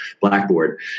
blackboard